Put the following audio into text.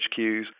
HQs